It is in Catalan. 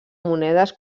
monedes